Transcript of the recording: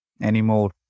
anymore